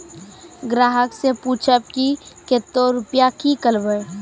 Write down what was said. ग्राहक से पूछब की कतो रुपिया किकलेब?